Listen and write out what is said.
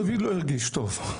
דוד לא הרגיש טוב.